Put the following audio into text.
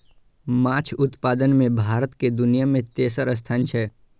माछ उत्पादन मे भारत के दुनिया मे तेसर स्थान छै